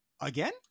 again